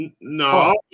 No